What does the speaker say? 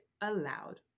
aloud